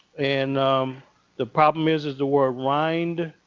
and the problem is is the word rhind.